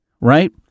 Right